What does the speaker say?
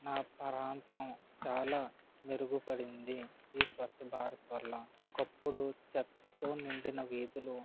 నా ప్రాంతం చాలా మెరుగుపడింది ఈ స్వచ్ఛభారత్ వల్ల ఒకప్పుడు చెత్తతో నిండిన వీధులు